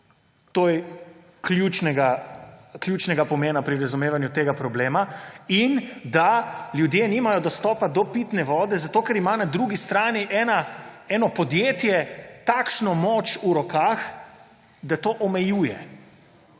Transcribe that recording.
To je ključnega pomena pri razumevanju tega problema. In da ljudje nimajo dostopa do pitne vode zato, ker ima na drugi strani eno podjetje v rokah takšno moč, da to omejuje.